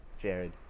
Jared